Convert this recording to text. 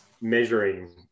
measuring